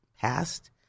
past